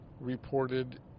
reported